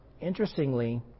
interestingly